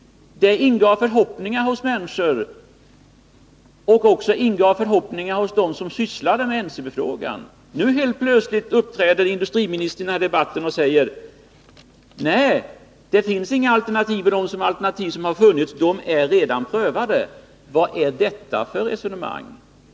Det väckte förhoppningar hos människor som är berörda och även hos dem som sysslar med NCB-frågan. I den här debatten säger industriministern helt plötsligt att det nu inte finns några alternativ. De alternativ som har funnits är redan prövade. Vad är detta för resonemang?